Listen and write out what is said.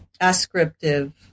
ascriptive